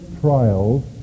trials